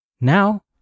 Now